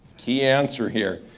key answer here.